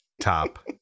Top